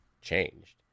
changed